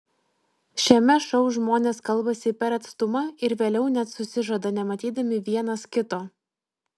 šiame šou žmonės kalbasi per atstumą ir vėliau net susižada nematydami vienas kito